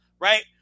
right